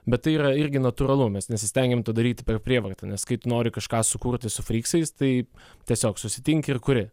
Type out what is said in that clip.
bet tai yra irgi natūralu mes nesistengėm to daryti per prievartą nes kai nori kažką sukurti su fryksais tai tiesiog susitinki ir kuri